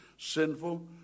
sinful